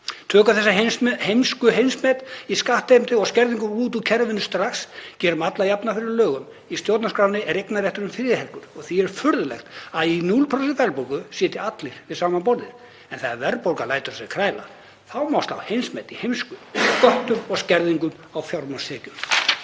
Tökum þessi heimskuheimsmet í skattheimtu og skerðingu út úr kerfinu strax, gerum alla jafna fyrir lögum. Í stjórnarskránni er eignarrétturinn friðhelgur og því er furðulegt að í 0% verðbólgu sitji allir við sama borðið en þegar verðbólgan lætur á sér kræla þá má slá heimsmet í heimsku, sköttum og skerðingum á fjármagnstekjum.